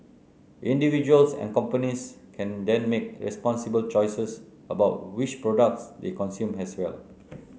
individuals and companies can then make responsible choices about which products they consume as well